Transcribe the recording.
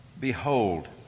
behold